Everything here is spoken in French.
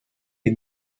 est